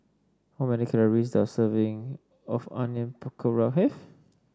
how many calories does a serving of Onion Pakora have